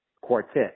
quartet